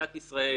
מדינת ישראל